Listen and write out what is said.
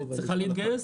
והיא צריכה להתגייס,